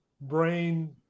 brain